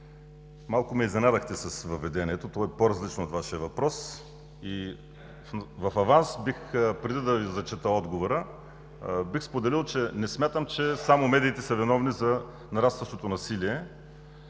малко ме изненадахте с въведението – то е по различно от Вашия въпрос. В аванс, преди да Ви зачета отговора, бих споделил: не смятам, че само медиите са виновни за нарастващото насилие.